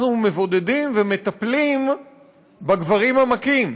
אנחנו מבודדים ומטפלים בגברים המכים.